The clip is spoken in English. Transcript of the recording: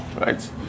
Right